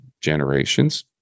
generations